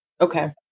Okay